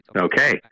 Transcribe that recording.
Okay